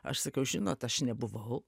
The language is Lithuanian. aš sakiau žinot aš nebuvau